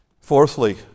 Fourthly